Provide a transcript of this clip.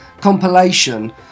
compilation